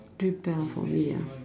too for me ah